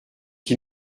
qui